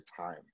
time